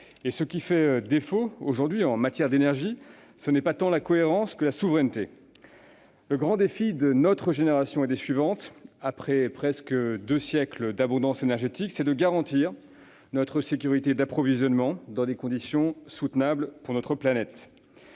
Ce qui nous fait défaut, en matière d'énergie, ce n'est pas tant la cohérence que la souveraineté. Le grand défi de notre génération et des suivantes, après presque deux siècles d'abondance énergétique, est de garantir notre sécurité d'approvisionnement dans des conditions soutenables pour la planète.